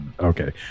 Okay